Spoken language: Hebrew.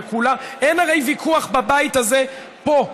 הרי אין ויכוח בבית הזה פה,